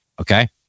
Okay